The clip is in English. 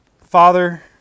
Father